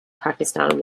pakistan